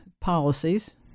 policies